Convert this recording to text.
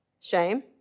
Shame